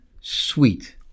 Sweet